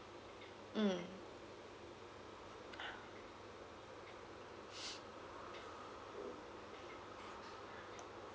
mm